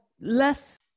less